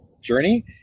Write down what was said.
Journey